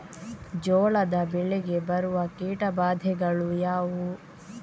ಜೋಳದ ಬೆಳೆಗೆ ಬರುವ ಕೀಟಬಾಧೆಗಳು ಯಾವುವು?